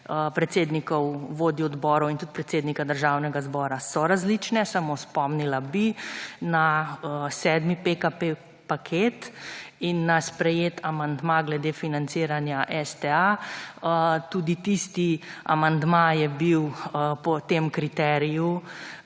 predsednikov vodij, odborov in tudi predsednika Državnega zbora so različne. Samo spomnila bi na 7 PKP paket in na sprejet amandma glede financiranja STA tudi tisti amandma je bil po tem kriteriju